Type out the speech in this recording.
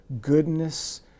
Goodness